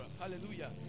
Hallelujah